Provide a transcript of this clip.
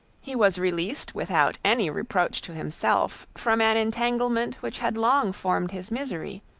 he was released without any reproach to himself, from an entanglement which had long formed his misery,